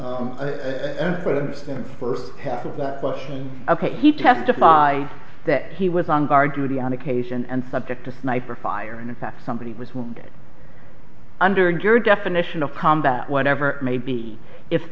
the question ok he testified that he was on guard duty on occasion and subject to sniper fire and in fact somebody was won't get under your definition of combat whatever it may be if